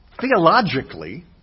theologically